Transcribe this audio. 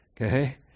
Okay